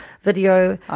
video